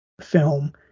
film